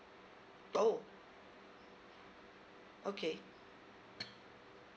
oh okay